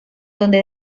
donde